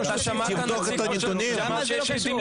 אתה שמעת את הנתונים, מה זה קשור?